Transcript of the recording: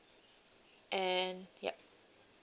and yup